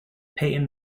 payton